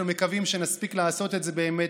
אנחנו מקווים שנספיק לעשות את זה בישיבה